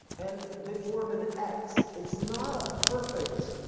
and they form an x. it's not a perfect,